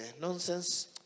nonsense